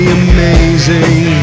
amazing